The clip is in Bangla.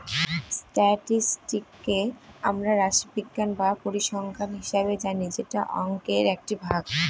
স্ট্যাটিসটিককে আমরা রাশিবিজ্ঞান বা পরিসংখ্যান হিসাবে জানি যেটা অংকের একটি ভাগ